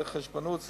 זה חשבונאות.